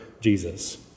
Jesus